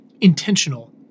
intentional